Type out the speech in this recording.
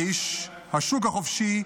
כאיש השוק החופשי,